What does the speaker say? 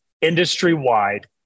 industry-wide